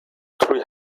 three